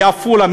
בעפולה,